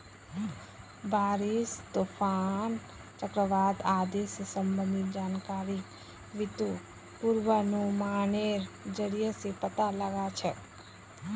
बारिश, तूफान, चक्रवात आदि स संबंधित जानकारिक बितु पूर्वानुमानेर जरिया स पता लगा छेक